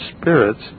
spirits